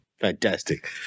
Fantastic